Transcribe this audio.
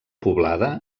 poblada